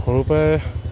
সৰুৰ পৰাই